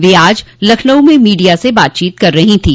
वह आज लखनऊ में मीडिया से बातचीत कर रही थीं